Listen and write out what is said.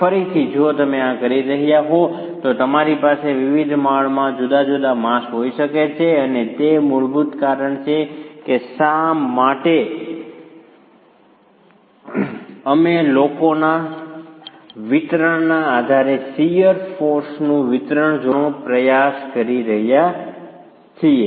ફરીથી જો તમે આ કરી રહ્યા હો તો તમારી પાસે વિવિધ માળમાં જુદા જુદા માસ હોઈ શકે છે અને તે મૂળભૂત કારણ છે કે શા માટે અમે લોકોના વિતરણના આધારે શીયર ફોર્સનું વિતરણ જોવાનો પ્રયાસ કરી રહ્યા છીએ